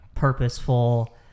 purposeful